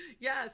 yes